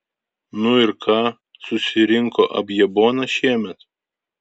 nu ir ką susirinko abjaboną šiemet